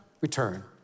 return